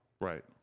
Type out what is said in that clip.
Right